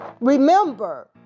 Remember